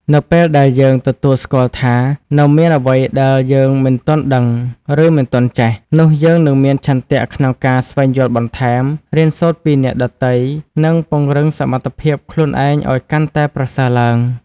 នៅពេលដែលយើងទទួលស្គាល់ថា នៅមានអ្វីដែលយើងមិនទាន់ដឹង ឬមិនទាន់ចេះ នោះយើងនឹងមានឆន្ទៈក្នុងការស្វែងយល់បន្ថែម រៀនសូត្រពីអ្នកដទៃ និងពង្រឹងសមត្ថភាពខ្លួនឯងឲ្យកាន់តែប្រសើរឡើង។